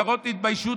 לפחות תתביישו,